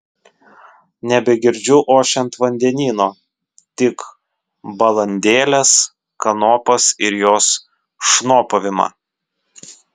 nebegirdžiu ošiant vandenyno tik balandėlės kanopas ir jos šnopavimą